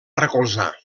recolzar